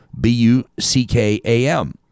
b-u-c-k-a-m